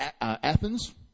Athens